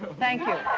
thank you,